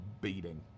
beating